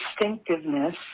distinctiveness